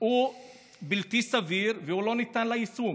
הם בלתי סבירים וזה לא ניתן ליישום.